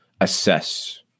assess